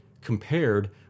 compared